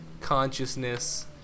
consciousness